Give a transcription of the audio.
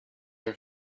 are